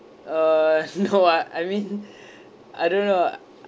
uh no I I mean I don't know I